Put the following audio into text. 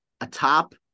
atop